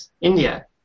India